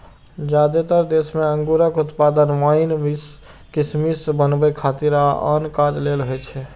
जादेतर देश मे अंगूरक उत्पादन वाइन, किशमिश बनबै खातिर आ आन काज लेल होइ छै